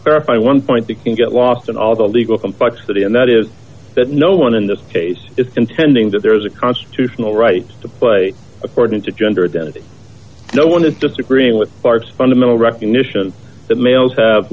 verify one point they can get lost in all the legal complexity and that is that no one in this case is contending that there is a constitutional right to play according to gender identity no one is disagreeing with parts fundamental recognition that males have